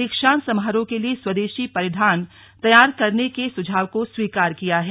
दीक्षांत समारोह के लिए स्वदेशी परिधान तैयार करने के सुझाव को स्वीकार किया है